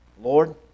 Lord